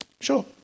Sure